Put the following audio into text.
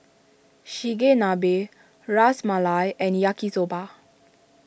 Chigenabe Ras Malai and Yaki Soba